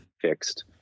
fixed